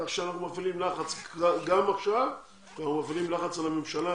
כך שאנחנו מפעילים לחץ גם עכשיו ומפעילים לחץ על הממשלה